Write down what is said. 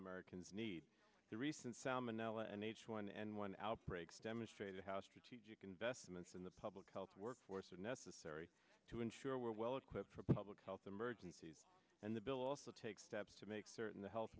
americans need the recent salmonella and h one n one outbreaks demonstrated how strategic investments in the public health workforce are necessary to ensure we're well equipped for public health emergencies and the bill also take steps to make certain the health